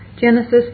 Genesis